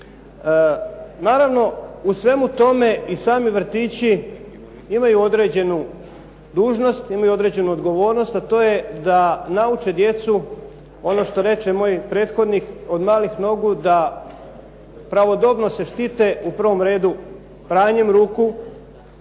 Naravno, u svemu tome i sami vrtići imaju određenu dužnost, imaju određenu odgovornost, a to je da nauče djecu ono što reče moj prethodnik od malih nogu da pravodobno se štite u prvom redu pranjem ruku.